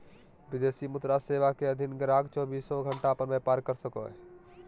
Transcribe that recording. विदेशी मुद्रा सेवा के अधीन गाहक़ चौबीसों घण्टा अपन व्यापार कर सको हय